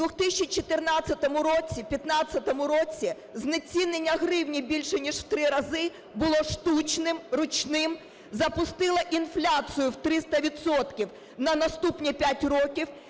році, 2015 році знецінення гривні більше ніж в 3 рази було штучним, ручним, запустило інфляцію в 300 відсотків на наступні 5 років